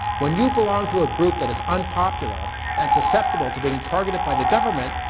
when you belong to a group that is unpopular, and susceptible to being targeted by the government,